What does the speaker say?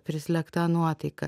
prislėgta nuotaika